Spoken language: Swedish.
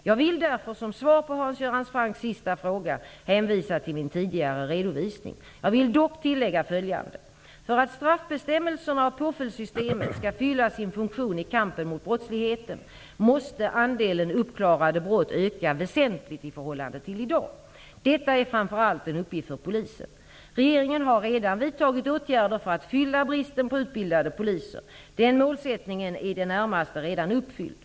Jag vill därför som svar på Hans Göran Francks sista fråga hänvisa till min tidigare redovisning. Jag vill dock tillägga följande. För att straffbestämmelserna och påföljdssystemet skall fylla sin funktion i kampen mot brottsligheten måste andelen uppklarade brott öka väsentligt i förhållande till i dag. Detta är framför allt en uppgift för polisen. Regeringen har redan vidtagit åtgärder för att fylla bristen på utbildade poliser. Den målsättningen är i det närmaste redan uppfylld.